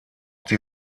die